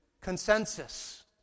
consensus